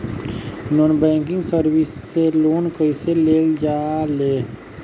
Non banking service से loan कैसे लेल जा ले?